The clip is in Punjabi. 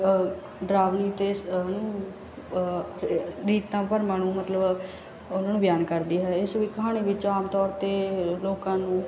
ਕ ਡਰਾਵਣੀ ਅਤੇ ਸ ਉਹ ਨਹੀਂ ਰੀਤਾਂ ਭਰਮਾਂ ਨੂੰ ਮਤਲਬ ਉਹਨਾਂ ਨੂੰ ਬਿਆਨ ਕਰਦੀ ਹੈ ਇਸ ਵੀ ਕਹਾਣੀ ਵਿੱਚ ਆਮ ਤੌਰ 'ਤੇ ਲੋਕਾਂ ਨੂੰ